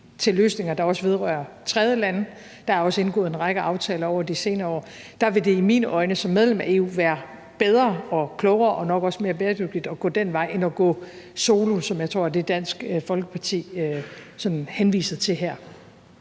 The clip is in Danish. til løsninger, der også vedrører tredjelande – der er også indgået en række aftaler over de senere år – vil det i mine øjne som medlem af EU være bedre og klogere og nok også mere bæredygtigt at gå den vej end at gå solo, som jeg tror er det Dansk Folkeparti sådan henviser til her.